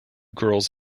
girls